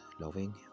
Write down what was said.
loving